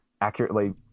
accurately